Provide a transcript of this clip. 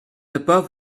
above